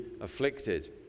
afflicted